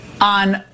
On